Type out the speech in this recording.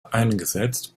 eingesetzt